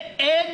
ואין